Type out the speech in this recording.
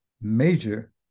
major